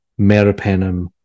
meropenem